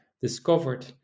discovered